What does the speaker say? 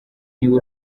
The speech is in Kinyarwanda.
niba